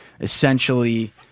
essentially